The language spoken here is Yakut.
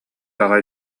аҕай